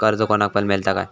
कर्ज कोणाक पण मेलता काय?